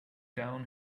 down